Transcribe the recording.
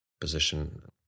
position